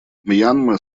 мьянма